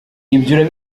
ibyo